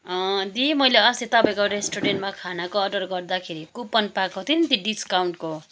दी मैले अस्ति तपाईँको रेस्टुरेन्टमा खानाको अर्डर गर्दाखेरि कुपन पाएको थिएँ नि त्यो डिस्काउन्टको